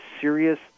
serious